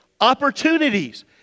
opportunities